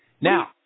Now